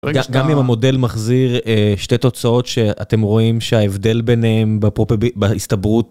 גם אם המודל מחזיר שתי תוצאות שאתם רואים שההבדל ביניהם בהסתברות...